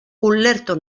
ulertu